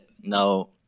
Now